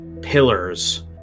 pillars